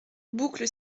boucle